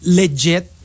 legit